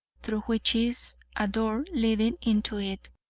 through which is a door leading into it.